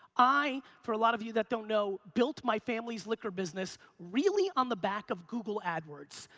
i, for a lot of you that don't know, built my family's liquor business really on the back of google adwords.